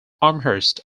amherst